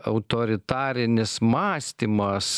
autoritarinis mąstymas